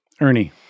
Ernie